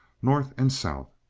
north, and south.